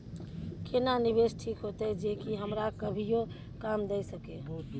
केना निवेश ठीक होते जे की हमरा कभियो काम दय सके?